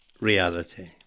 reality